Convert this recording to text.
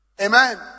Amen